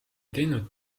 teinud